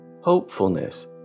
Hopefulness